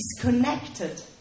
disconnected